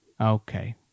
okay